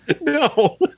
No